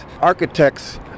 architects